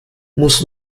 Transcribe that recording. muss